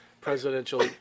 Presidential